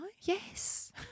Yes